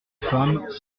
femmes